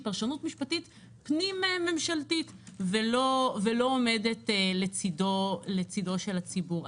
פרשנות משפטית פנים ממשלתית ולא עומדת לצידו של הציבור.